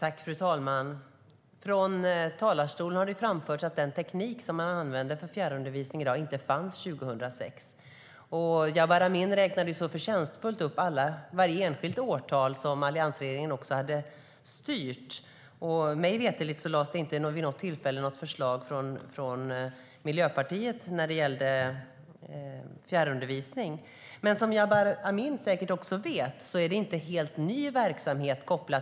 Fru talman! Från talarstolen har det framförts att den teknik som man använder för fjärrundervisning inte fanns 2006. Jabar Amin räknade förtjänstfullt upp varje enskilt årtal som alliansregeringen styrde. Mig veterligt lade inte Miljöpartiet vid något tillfälle fram något förslag om fjärrundervisning. Som Jabar Amin säkert vet är detta inte en helt ny verksamhet.